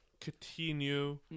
continue